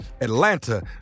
Atlanta